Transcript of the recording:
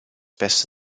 beste